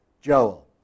Joel